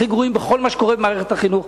הכי גרועים בכל מה שקורה במערכת החינוך,